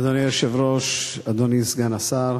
אדוני היושב-ראש, אדוני סגן השר,